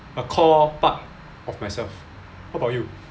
a core part of myself how about you